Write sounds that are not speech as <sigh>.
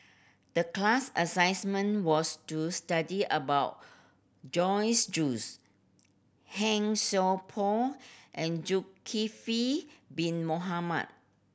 the class <unintelligible> was to study about Joyce Juice Han Sai Por and Zulkifli Bin Mohamed